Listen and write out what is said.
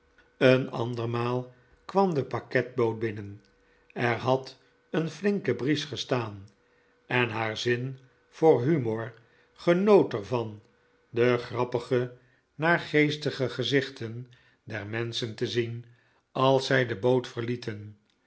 een ander maal kwam de pakketboot binnen er had een flinke bries gestaan en haar zin voor humor genoot er van de grappige naargeestige gezichten der menschen te zien als zij de boot verlieten